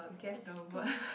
this two